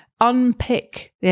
unpick